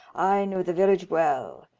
i know the village well,